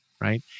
Right